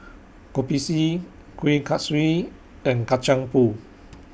Kopi C Kuih Kaswi and Kacang Pool